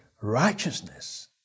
righteousness